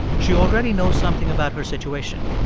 she already knows something about her situation.